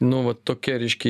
nu va tokia ryški idėja